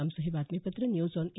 आमचं हे बातमीपत्र न्यूज ऑन ए